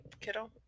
kiddo